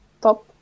top